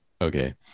Okay